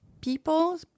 people